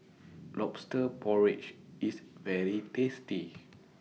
Lobster Porridge IS very tasty